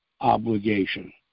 obligation